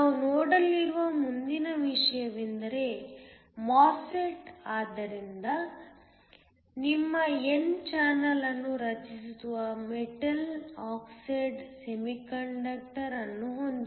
ನಾವು ನೋಡಲಿರುವ ಮುಂದಿನ ವಿಷಯವೆಂದರೆ MOSFET ಆದ್ದರಿಂದ ನಾವು ನಿಮ್ಮ n ಚಾನಲ್ ಅನ್ನು ರಚಿಸುವ ಮೆಟಲ್ ಆಕ್ಸೈಡ್ ಸೆಮಿಕಂಡಕ್ಟರ್ ಅನ್ನು ಹೊಂದಿದ್ದೇವೆ